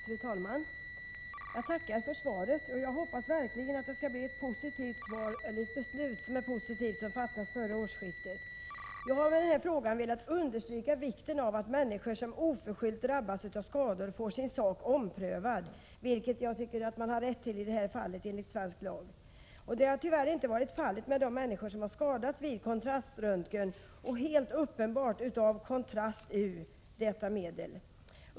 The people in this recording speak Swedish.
Fru talman! Jag tackar för svaret. Jag hoppas verkligen att det beslut som fattas före årsskiftet är positivt. Jag har med denna fråga velat understryka vikten av att människor som oförskyllt drabbats av skador får sin sak omprövad, vilket man har rätt till enligt svensk lag. Detta har tyvärr inte varit fallet med de människor som vid kontraströntgen helt uppenbart skadats av Kontrast-U.